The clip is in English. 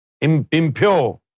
impure